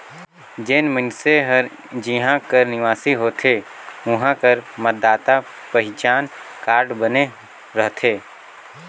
जेन मइनसे हर जिहां कर निवासी होथे उहां कर मतदाता पहिचान कारड बने रहथे